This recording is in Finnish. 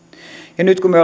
ja nyt kun me